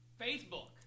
facebook